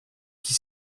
qui